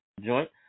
joint